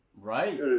right